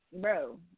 bro